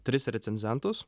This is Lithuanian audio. tris recenzentus